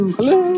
Hello